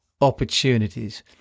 opportunities